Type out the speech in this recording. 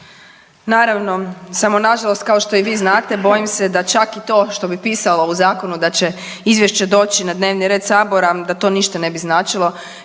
Naravno, samo nažalost kao što i vi znate bojim se da čak i to što bi pisalo u zakonu da će izvješće doći na dnevni red sabora da to ništa ne bi značilo